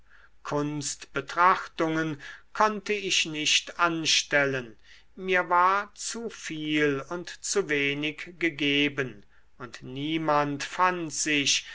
kunstbetrachtungen konnte ich nicht anstellen mir war zu viel und zu wenig gegeben und niemand fand sich